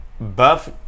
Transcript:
buff